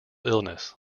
illness